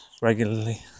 regularly